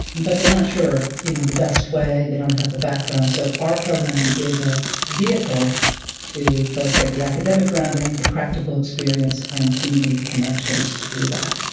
but they're not sure you know the best way, they don't have the background, so our program is a vehicle to both get the academic grounding, the practical experience and the community connections to do that.